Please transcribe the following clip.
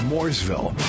Mooresville